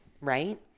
right